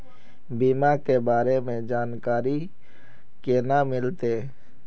बीमा के बारे में जानकारी केना मिलते?